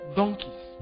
donkeys